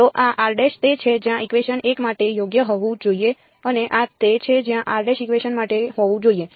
તો આ તે છે જ્યાં ઇકવેશન 1 માટે યોગ્ય હોવું જોઈએ અને આ તે છે જ્યાં ઇકવેશન માટે હોવું જોઈએ